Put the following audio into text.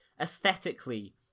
aesthetically